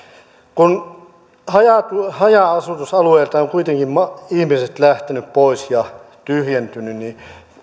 kun haja haja asutusalueilta ovat kuitenkin ihmiset lähteneet pois ja alueet tyhjentyneet niin